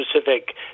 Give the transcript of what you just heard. specific